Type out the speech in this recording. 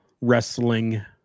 Wrestling